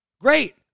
great